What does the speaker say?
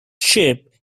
ship